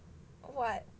what